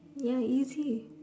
ya easy